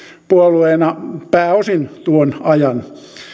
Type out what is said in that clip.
puolueena pääosin tuon ajan